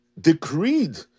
decreed